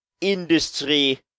industry